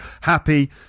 Happy